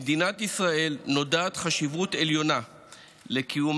במדינת ישראל נודעת חשיבות עליונה לקיומה